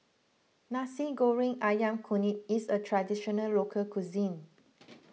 Nasi Goreng Ayam Kunyit is a Traditional Local Cuisine